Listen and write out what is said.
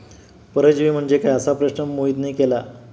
परजीवी म्हणजे काय? असा प्रश्न मोहितने केला